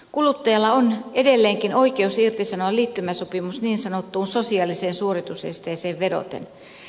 kuluttajalla on edelleenkin oikeus irtisanoa liittymäsopimus niin sanottuun sosiaaliseen suoritusesteeseen vedoten